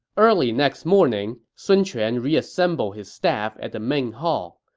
early next morning, sun quan reassembled his staff at the main hall.